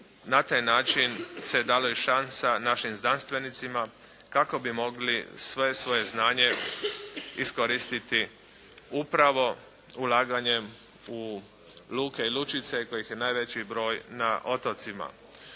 Na taj način se je dala i šansa našim znanstvenicima kako bi mogli sve svoje znanje iskoristiti upravo ulaganjem u luke i lučice kojih je najveći broj na otocima.